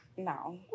No